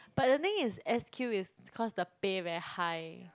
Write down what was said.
but the thing is s_q is cause the pay very high